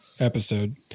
episode